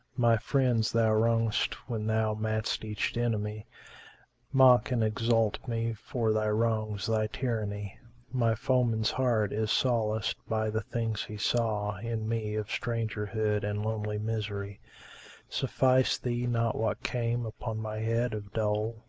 my friends thou wrongedst when thou madst each enemy mock and exult me for thy wrongs, thy tyranny my foeman's heart is solaced by the things he saw in me, of strangerhood and lonely misery suffice thee not what came upon my head of dole,